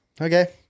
Okay